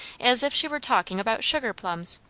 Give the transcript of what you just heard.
as if she were talking about sugar plums!